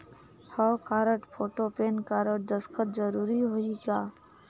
हव card, photo, PAN card, दस्खत जरूरी होही का?